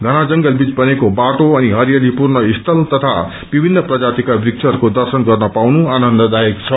घना जंगल बीच बनेको बाटो अनि हरियालीपूर्ण स्थल तथा विभिन्न प्रजातिका वृक्षहरूको दर्शन गर्न पाउनु आनन्ददायक छ